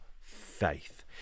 faith